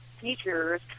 teachers